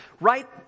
right